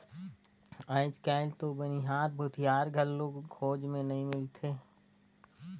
आयज कायल तो बनिहार, भूथियार घलो खोज मे नइ मिलें